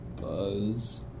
Buzz